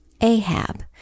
Ahab